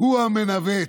הוא המנווט,